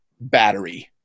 Battery